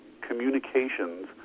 communications